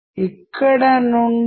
అది ఇంటర్ప్రిటేషన్ అంటే